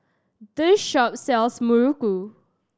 this shop sells muruku